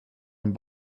und